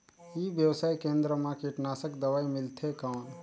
ई व्यवसाय केंद्र मा कीटनाशक दवाई मिलथे कौन?